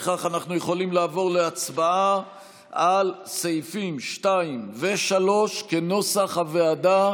לפיכך אנחנו יכולים לעבור להצבעה על סעיפים 2 ו-3 כנוסח הוועדה.